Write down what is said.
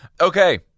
Okay